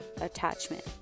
attachment